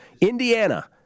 Indiana